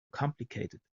complicated